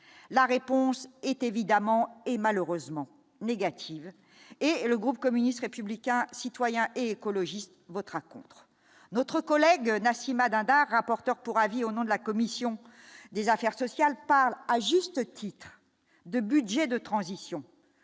la réponse est évidemment et malheureusement négative et le groupe communiste, républicain, citoyen et écologiste votera contre notre collègue Nassimah Dindar, rapporteur pour avis, au nom de la commission des affaires sociales, pas à juste titre de budget de transition,